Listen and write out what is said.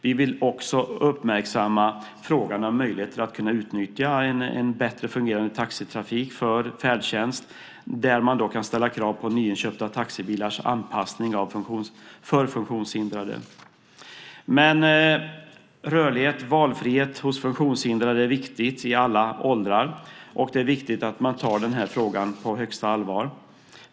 Vi vill också uppmärksamma frågan om möjligheterna att kunna utnyttja en bättre fungerande taxitrafik för färdtjänst, där man kan ställa krav på nyinköpta taxibilars anpassning för funktionshindrade. Rörlighet och valfrihet hos funktionshindrade är viktigt i alla åldrar, och det är viktigt att man tar den här frågan på högsta allvar.